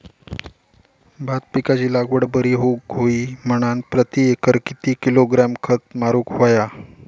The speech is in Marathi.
भात पिकाची लागवड बरी होऊक होई म्हणान प्रति एकर किती किलोग्रॅम खत मारुक होया?